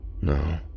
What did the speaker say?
no